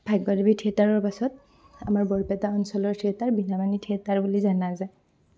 ভাগ্যদেৱী থিয়েটাৰৰ পাছত আমাৰ বৰপেটা অঞ্চলৰ থিয়েটাৰ বীণাপানী থিয়েটাৰ বুলি জনা যায়